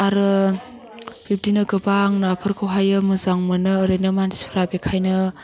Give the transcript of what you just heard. आरो बिब्दिनो गोबां नाफोरखौहायो मोजां मोनो ओरैनो मानसिफ्रा बेखायनो